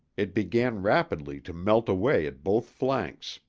it began rapidly to melt away at both flanks,